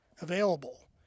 available